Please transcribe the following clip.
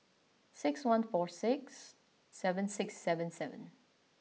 six one four six seven six seven seven